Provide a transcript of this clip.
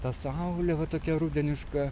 ta saulė va tokia rudeniška